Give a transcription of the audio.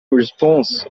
response